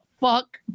fuck